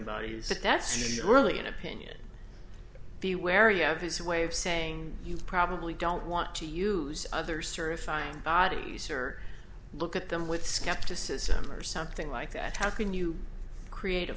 bodies that's surely an opinion be wary of his way of saying you probably don't want to use other certifying bodies or look at them with skepticism or something like that how can you creat